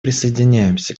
присоединяемся